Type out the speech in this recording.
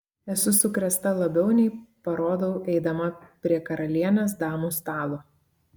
esu sukrėsta labiau nei parodau eidama prie karalienės damų stalo